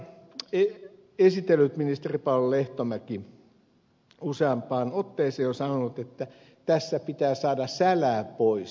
asiaa esitellyt ministeri paula lehtomäki useampaan otteeseen on sanonut että tästä pitää saada sälää pois